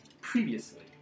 previously